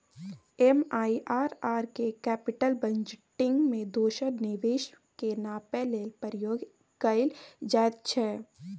MIRR केँ capital budgeting मे दोसर निबेश केँ नापय लेल प्रयोग कएल जाइत छै